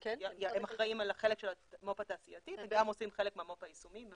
הם האחראים על החלק של המו"פ התעשייתי וגם עושים חלק מהמו"פ היישומי.